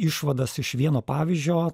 išvadas iš vieno pavyzdžio